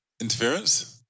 interference